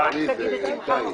ביטוי באמבטיה.